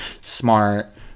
smart